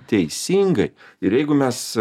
teisingai ir jeigu mes